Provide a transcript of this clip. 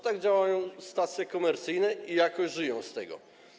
Tak działają stacje komercyjne i jakoś żyją z tego.